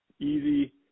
Easy